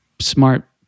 smart